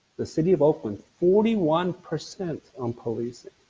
the city of oakland, forty one percent on policing.